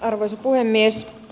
arvoisa puhemies